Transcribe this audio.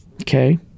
okay